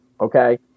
okay